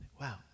Wow